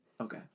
Okay